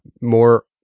More